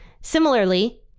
similarly